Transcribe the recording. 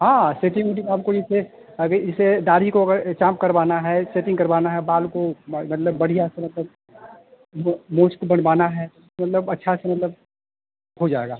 हाँ सेटिंग ओटिंग आप कोई से अगर जैसे दाढ़ी को अगर चॉप करवाना है सेटिंग करवाना है बाल को मतलब बढ़िया से मतलब मूँछ को मुड़वाना है मतलब अच्छा से मतलब हो जाएगा